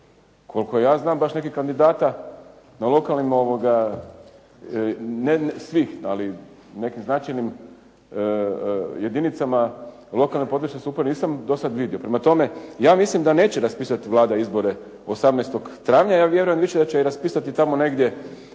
Koliko ja znam, baš nekih kandidata na lokalnim, ne svih ali nekim značajnim jedinicama lokalne … /Govornik se ne razumije./… nisam do sad vidio. Prema tome, ja mislim da neće raspisati Vlada izbore 18. travnja, ja vjerujem više da će ih raspisati tamo negdje